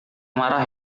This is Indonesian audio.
marah